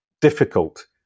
difficult